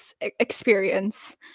experience